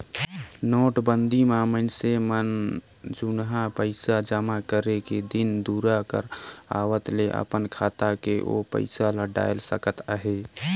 नोटबंदी म मइनसे मन जुनहा पइसा जमा करे के दिन दुरा कर आवत ले अपन खाता में ओ पइसा ल डाएल सकत अहे